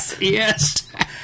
Yes